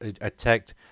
attacked